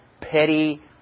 petty